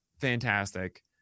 fantastic